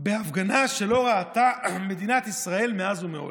בהפגנה שלא ראתה מדינת ישראל מאז ומעולם?